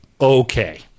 okay